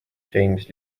james